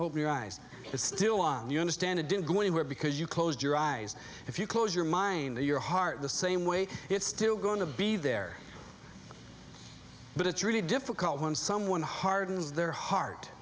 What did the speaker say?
open your eyes is still on you understand it didn't go anywhere because you closed your eyes if you close your mind your heart the same way it's still going to be there but it's really difficult when someone hardens their heart